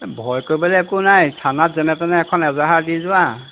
এই ভয় কৰিবলৈ একো নাই থানাত যেনে তেনে এখন এজাহাৰ দি যোৱা